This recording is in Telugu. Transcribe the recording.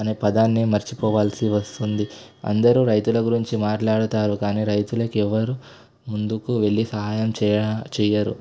అనే పదాన్నిమరిచిపోవలసి వస్తోంది అందరూ రైతులు గురించి మాట్లాడుతారు కానీ రైతులకి ఎవ్వరూ ముందుకు వెళ్ళి సహాయం చేయటం చెయ్యరు